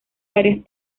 varios